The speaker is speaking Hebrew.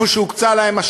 בשטח שהוקצה להם,